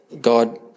God